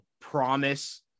promise